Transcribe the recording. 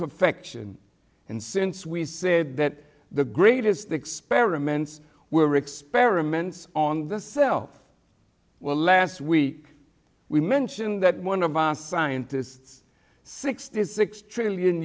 perfection and since we said that the greatest experiments were experiments on the self well last week we mentioned that one of our scientists sixty six trillion